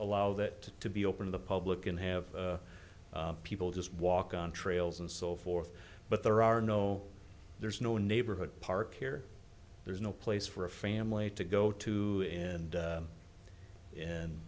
allow that to be open to the public and have people just walk on trails and so forth but there are no there's no neighborhood park here there's no place for a family to go to and